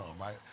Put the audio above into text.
right